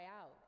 out